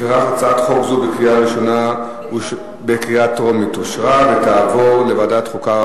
לפיכך אני קובע שהצעת חוק זו אושרה בקריאה טרומית ותעבור לוועדת החוקה,